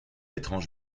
étrange